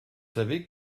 savez